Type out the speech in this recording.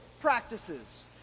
practices